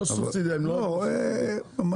לא סובסידיה, פיצוי.